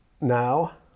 now